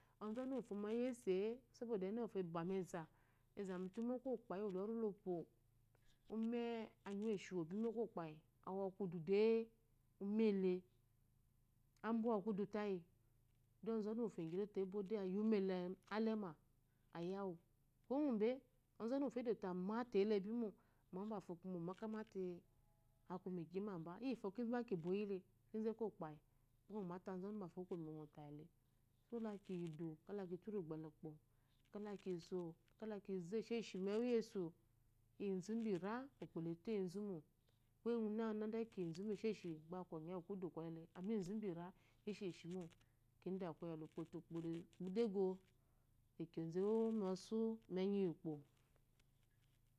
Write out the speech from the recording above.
Ozunu wofo me gba eyese e sobode ene wofo a bamieze te okokpayi uwu loroi lopwo anyiwu eshibi umme okpayyi amo kudu de umele abo kokudu tayi ozonu mofo egyi di ebo aya umele aleme ayawu kuwo gube ozɔnu wufo edɔte amatele bimo amme bafo kume omaka mata aku migyimabe iyifokizu gba kiboyile kinzu ekokpayi gyomete azɔnu bafo owotayile so lekiyidu kele kinuru. la ki gbele ikpo kde kiso kekkizo esshi menŋyesu, enzubira ukpole toyizumo, ɔnunende kkiw inzubeshe shi gbe aku onyewu kudu golele inzu biri isheshimo kids koyete ukpole ukpo edego lekizu ewo mosu menyi yi ukpo